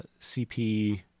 CP